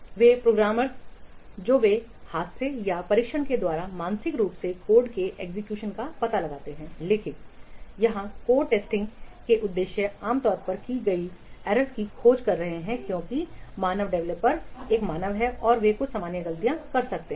वे programmer जो वे हाथ से या परीक्षण के द्वारा मानसिक रूप से कोड के एग्जीक्यूशन का पता लगाते हैं लेकिन यहां कोड टेस्टिंग में उद्देश्य आम तौर पर की गई त्रुटियों की खोज कर रहे हैं क्योंकि मानव डेवलपर एक मानव हैं और वे कुछ सामान्य गलतियां कर सकते हैं